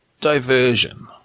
diversion